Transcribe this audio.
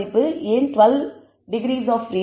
ஏன் 12 degrees of freedom